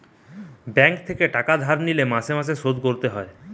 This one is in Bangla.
ব্যাঙ্ক থেকে টাকা ধার লিলে মাসে মাসে শোধ করতে হয়